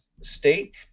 state